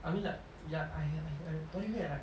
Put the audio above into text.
I mean like ya I I I what do you mean I like